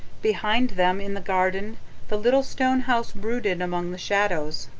behind them in the garden the little stone house brooded among the shadows.